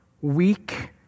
weak